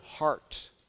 heart